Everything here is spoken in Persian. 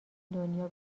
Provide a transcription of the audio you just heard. دنیا